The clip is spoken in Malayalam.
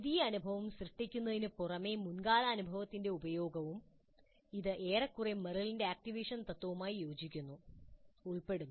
പുതിയ അനുഭവം സൃഷ്ടിക്കുന്നതിനുപുറമെ മുൻകാല അനുഭവത്തിന്റെ ഉപയോഗവും ഇത് ഏറെക്കുറെ മെറിലിന്റെ ആക്റ്റിവേഷൻ തത്ത്വവുമായി യോജിക്കുന്നു ഉൾപ്പെടുന്നു